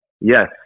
Yes